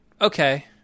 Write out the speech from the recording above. Okay